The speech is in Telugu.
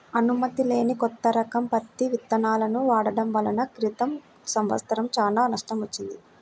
అనుమతి లేని కొత్త రకం పత్తి విత్తనాలను వాడటం వలన క్రితం సంవత్సరం చాలా నష్టం వచ్చింది